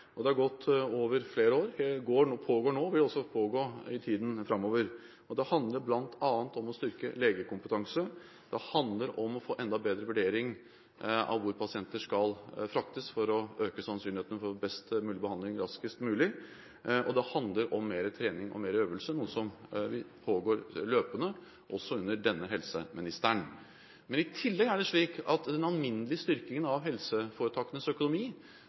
Det har gått over flere år. Det pågår nå, og det vil pågå i tiden framover. Det handler bl.a. om å styrke legekompetanse. Det handler om å få enda bedre vurdering av hvor pasienter skal fraktes for å øke sannsynligheten for best behandling raskest mulig, og det handler om mer trening og øvelse, noe som pågår løpende, også under denne helseministeren. I tillegg er det slik at den alminnelige styrkingen av helseforetakenes økonomi,